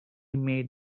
made